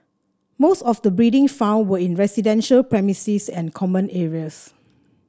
most of the breeding found were in residential premises and common areas